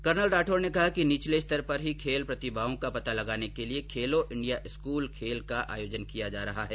colonel Rathore ने कहा कि निचले स्तर पर ही खेल प्रतिभाओं का पता लगाने के लिए खेलो इंडिया स्कूल खेल का आयोजन किया जा रहा है